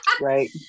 right